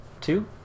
Two